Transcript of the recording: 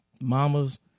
mama's